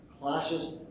clashes